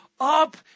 up